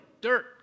dirt